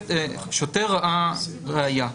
השוטר ראה ראיה.